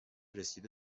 رسیده